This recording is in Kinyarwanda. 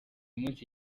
munsi